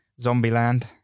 Zombieland